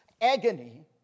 agony